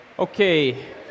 Okay